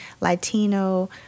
Latino